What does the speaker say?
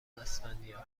اسفندیار